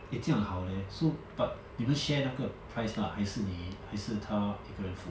eh 这样好 leh so but 你们 share 那个 price lah 还是你还是他一个人付